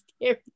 scary